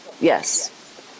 yes